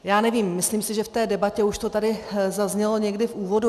Já nevím, myslím si, že v té debatě už to tady zaznělo někdy v úvodu.